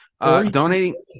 Donating